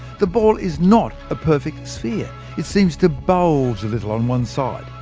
the ball is not a perfect sphere it seems to bulge a little on one side.